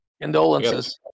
condolences